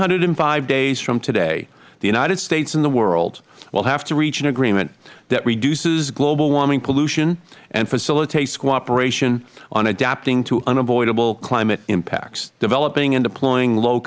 hundred five days from today the united states and the world will have to reach an agreement that reduces global warming pollution and facilitates cooperation on adapting to unavoidable climate impacts developing and deploying low